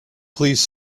please